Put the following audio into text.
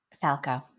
Falco